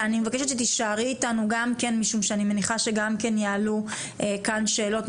אני מבקשת שתישארי איתנו משום שאני מניחה שיעלו כאן שאלות.